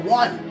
one